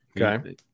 okay